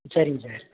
சரிங்க சார்